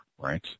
right